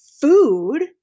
food